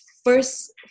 first